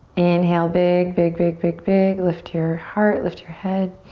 inhale, big, big, big, big, big. lift your heart, lift your head.